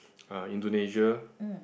uh Indonesia